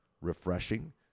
refreshing